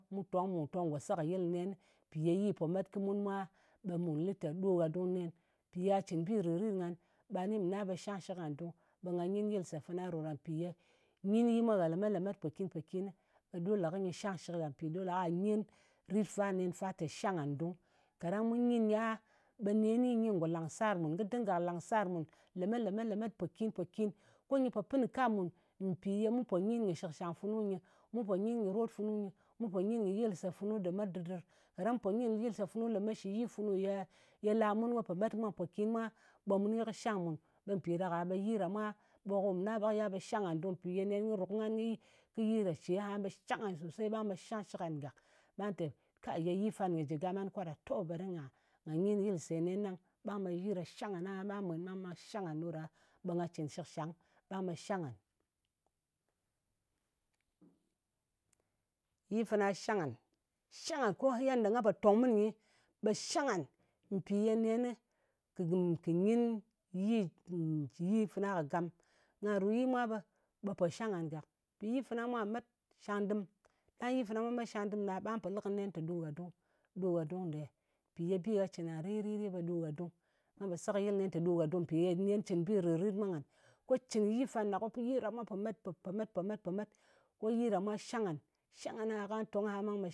Mu tong ɓù tong ngò sekɨyɨl nen. Mpì ye yi po met kɨ mun mwa, ɓe mù lí te, ɗo gha dung nen mpì ya cɨn bi rìt-rit ngan ɓa ni mɨ na ɓe shang shɨk ngan dung. Ɓe nga nyin yɨlse fana ɗo ɗa. Mpì nyin yi mwa gha lemet-lemet mpòkin-mpokinɨ, ɓe ɗole ko nyɨ shangshɨk ngha. Mpì dole ka nyin rit fa nen fa te shang ngan dung. Kaɗang mu nyin nyɨ a ɓe neni, nyɨ ngò langsar mùn ko kɨ dinga lang sar mun lemet-lemet-lemet, mpòkin-mpòkin, ko nyɨ pɨn kɨ kam mùn mpì ye mun pò nyɨn kɨ shɨkshang funu nyɨ. Mu nyin kɨ rot funu nyɨ. Mu pò nyin kɨ yɨlse funu lemet dɨdɨr. Kaɗang mu nyin kɨ yɨlse funi shɨ yi funu ye la mun ko po met mwa mpokin mwa, ɓe kɨ shang mùn. Ɓe mpì ɗa ɗak-ka ɓe kɨ shang mùn. Ɓe ko mɨ na ɓe kɨ yal ɓe kɨ shang ngan dung. Mpì ye nen kɨ ru kɨ ngan, kɨ yi ne ce aha ɓe shang ngan sosei, ɓang ɓe shangshɨk ngan gàk. Ɓa te, ye yi fan nyɨ jɨ gam ngan kwatɗa. To beri nga nga nyin yɨlse nen ɗang. Ɓang ɓe yi ɗa shang ngan aha, ɓa mwen ɓang ɓe shang ngan ɗo ɗa, ɓe nga cɨn shɨkshang, ɓang ɓe shang ngan. yi fana shang ngan. Shang ngan ko yedda nga po tong mɨnɨ nyi, ɓe shang ngan, mpì ye neni kɨ kɨ nyin yi, yi fana kɨ gam. Nga ru yi mwa ɓe pò shang ngan gàk. Yi fana mwa met shang dɨm. Ɗang yi fana mwa met shang dɨm ɗa, ɓà pò lɨ kɨnɨ nen tè ɗo gha dung nɗe. Mpì ye bi gha cɨn ngan rir-rit ɗɨ, ɓe ɗo gha dung. Nga po sekɨyɨl nen te ɗo gha dung, mpì ye nen cɨn bi rìt-rit mwa ngan. Ko cɨn yi fan ɗa, ko yi ɗa mwa po-met, po-met, po-met, po-met, po-met, ko yi ɗa mwa shang ngan. Shang ngan aha, kwà tong ɓang ɓe